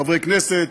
חברי כנסת,